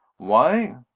why?